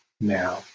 now